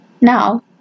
Now